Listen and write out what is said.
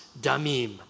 Damim